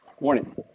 Morning